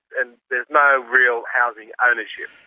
and there's no real housing ownership.